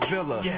Villa